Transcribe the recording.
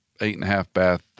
eight-and-a-half-bath